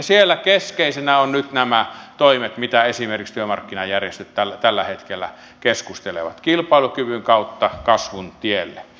siellä keskeisenä ovat nyt nämä toimet mistä esimerkiksi työmarkkinajärjestöt tällä hetkellä keskustelevat kilpailukyvyn kautta kasvun tielle